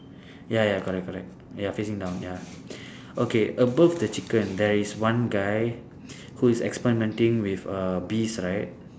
ya ya correct correct ya facing down ya okay above the chicken there is one guy who is experimenting with uh bees right